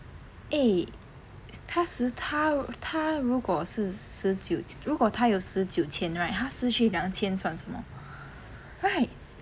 eh 他十他他如果是十九如果他有十九千:ta shi ta ta ru guoo shi shi jiu ru guoo ta you shi jiu qian right 他失去两千算什么 right